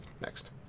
next